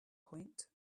point